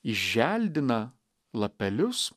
išželdina lapelius